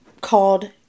called